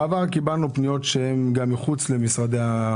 בעבר קיבלנו פניות שהן גם מחוץ למשרדים,